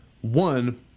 One